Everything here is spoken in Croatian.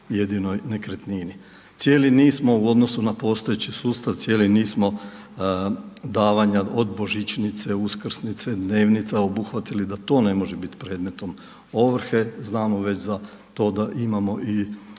jedinoj nekretnini. Cijeli niz smo u odnosu na postojeći sustav, cijeli niz smo davanja od božićnice, uskrsnice, dnevnica obuhvatili da to ne može biti predmetnom ovrhe. Znamo već za to da imamo i